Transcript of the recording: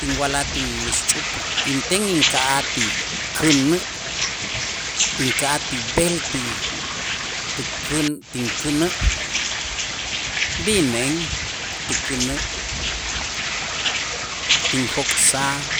Tinwa'laj tinwixch'up inten inka'aj ti känä' inka'aj ti b'el ti tukän- tinkänä' b'ineen tukänä' tinjok'saj